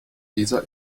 dieser